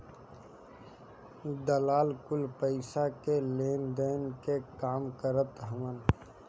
दलाल कुल पईसा के लेनदेन के काम करत हवन